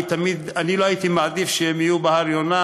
אני לא הייתי מעדיף שהם יהיו בהר-יונה,